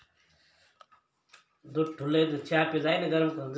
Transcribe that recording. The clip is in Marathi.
पेन्शन काढी टाकानंतर तुमी भविष्य निर्वाह निधीमा गुंतवणूक करतस